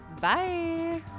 bye